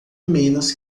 menos